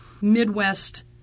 Midwest